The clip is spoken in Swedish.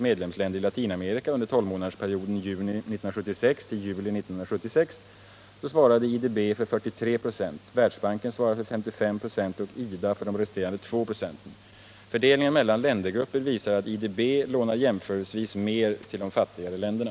medlemsländer i Latinamerika under tolvmånadersperioden juni 1976 till juli 1977 svarade IDB för 43 26. Världsbanken svarade för 55 26 och IDA för resterande 2 96. Fördelningen mellan ländergrupper visar att IDB lånar jämförelsevis mer till de fattigare länderna.